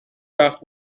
وقت